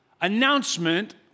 announcement